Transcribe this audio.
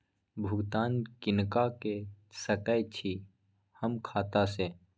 भुगतान किनका के सकै छी हम खाता से?